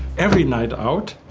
every night out,